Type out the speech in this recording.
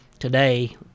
Today